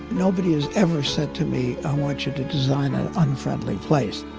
nobody has ever said to me, i want you to design an unfriendly place.